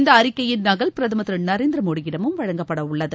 இந்த அறிக்கையின் நகல் பிரதமர் திரு நரேந்திர மோடியிடமும் வழங்கப்பட உள்ளது